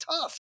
tough